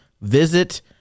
Visit